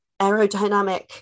aerodynamic